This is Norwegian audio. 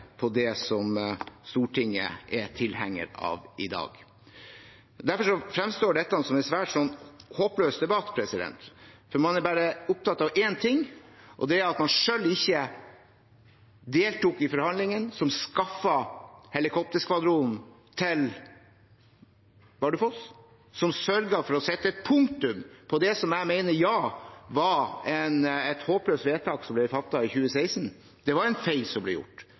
på det som Stortinget er tilhenger av i dag. Derfor fremstår dette som en svært håpløs debatt, for man er bare opptatt av én ting, og det er at man selv ikke deltok i forhandlingene som skaffet helikopterskvadron til Bardufoss, som sørget for å sette et punktum for det jeg mener var et håpløst vedtak som ble fattet i 2016. Det var en feil som ble gjort.